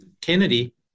Kennedy